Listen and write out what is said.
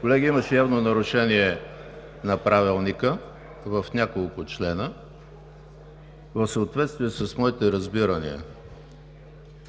Колеги, имаше явно нарушение на Правилника в няколко члена. В съответствие с моите разбирания